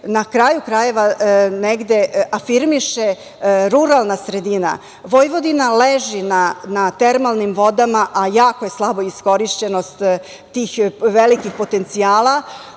na kraju krajeva negde afirmiše ruralna sredina. Vojvodina leži na termalnim vodama, a jako je slaba iskorišćenost tih velikih potencijala.